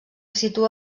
situa